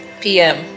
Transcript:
PM